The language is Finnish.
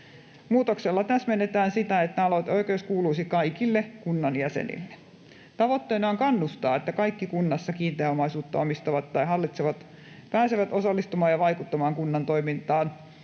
Muutoksella täsmennetään sitä, että aloiteoikeus kuuluisi kaikille kunnan jäsenille. Tavoitteena on kannustaa: kaikki kunnassa kiinteää omaisuutta omistavat tai hallitsevat pääsevät osallistumaan ja vaikuttamaan kunnan toimintaan